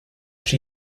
she